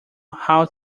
how